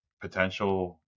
potential